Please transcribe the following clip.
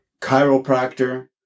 chiropractor